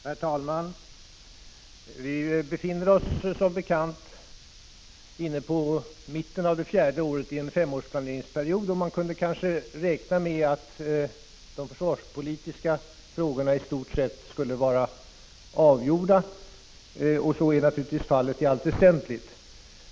Herr talman! Vi befinner oss som bekant inne på mitten av det fjärde året i en femårig planeringsperiod. Man kunde kanske räkna med att de försvarspolitiska frågorna i stort sett skulle vara avgjorda. Så är naturligtvis fallet i allt väsentligt.